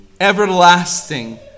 everlasting